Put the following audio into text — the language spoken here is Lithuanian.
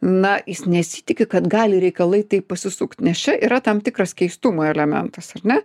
na jis nesitiki kad gali reikalai taip pasisukt nes čia yra tam tikras keistumo elementas ar ne